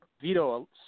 veto